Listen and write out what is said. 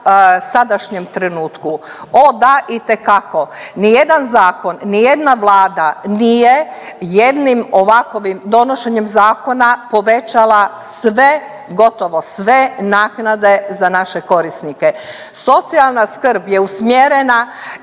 sadašnjem trenutku, o da, itekako. Nijedan zakon, nijedna vlada nije jednim ovakovim donošenjem zakona povećala sve, gotovo sve naknade za naše korisnike. Socijalna skrb je usmjerena